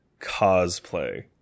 Cosplay